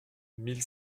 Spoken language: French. mille